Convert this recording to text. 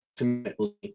ultimately